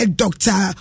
doctor